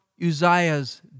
Uzziahs